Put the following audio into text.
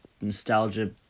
nostalgia